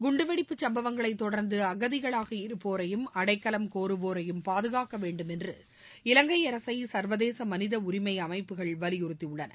குண்டுவெடிப்பு சம்பவங்களைத் தொடர்ந்து அகதிகளாகி இருப்போரையும் அடைக்கலம் கோருவோரையும் பாதுகாக்க வேண்டும் என்று இலங்கை அரசை சர்வதேச மனித உரிமை அமைப்புகள் வலியுறுத்தியுள்ளன